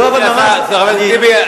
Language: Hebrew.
לא, כי עשית אותו דבר.